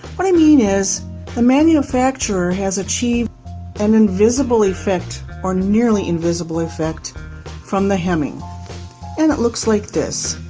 what i mean is the manufacturer has achieved an invisible effect or nearly invisible effect from the hemming and it looks like this.